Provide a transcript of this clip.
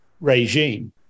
regime